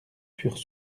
furent